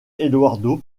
eduardo